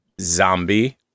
Zombie